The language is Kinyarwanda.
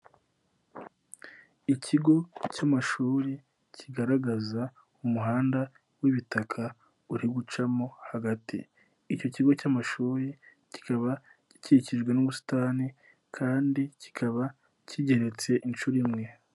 Ikigo cy'amashuri kigaragaza umuhanda w'ibitaka uri gucamo hagati, icyo kigo cy'amashuri kikaba gikikijwe n'ubusitani kandi kikaba kigeretse inshuro imwe.